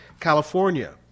California